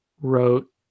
wrote